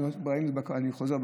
אני חוזר,